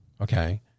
Okay